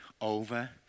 Over